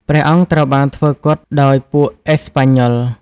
ព្រះអង្គត្រូវបានធ្វើគុតដោយពួកអេស្ប៉ាញ៉ុល។